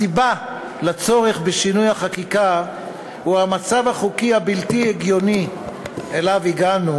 הסיבה לצורך בשינוי החקיקה הוא המצב החוקי הבלתי-הגיוני שאליו הגענו,